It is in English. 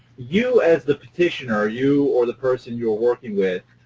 you, as the petitioner, you or the person you are working with,